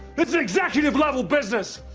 this is exactly the level business.